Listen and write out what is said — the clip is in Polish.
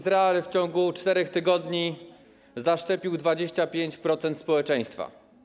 Izrael w ciągu 4 tygodni zaszczepił 25% społeczeństwa.